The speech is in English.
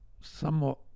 somewhat